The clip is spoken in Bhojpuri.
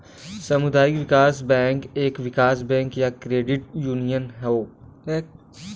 सामुदायिक विकास बैंक एक विकास बैंक या क्रेडिट यूनियन हौ